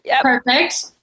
Perfect